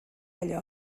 allò